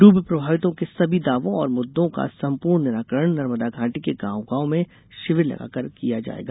डूब प्रभावितों के सभी दावों और मुद्दों का सम्पूर्ण निराकरण नर्मदा घाटी के गाँव गाँव में शिविर लगाकर किया जायेगा